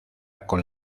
con